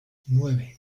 nueve